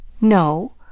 No